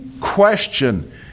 question